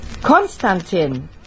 Konstantin